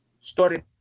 Started